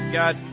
god